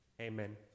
Amen